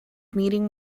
meeting